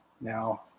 Now